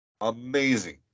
Amazing